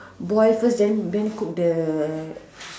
boil first then then cook the